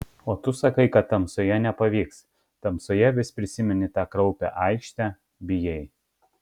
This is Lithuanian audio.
o tu sakai kad tamsoje nepavyks tamsoje vis prisimeni tą kraupią aikštę bijai